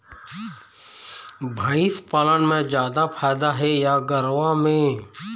भंइस पालन म जादा फायदा हे या गरवा में?